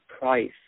price